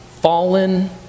fallen